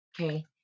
okay